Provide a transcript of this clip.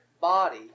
body